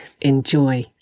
enjoy